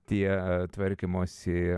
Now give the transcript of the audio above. tie tvarkymosi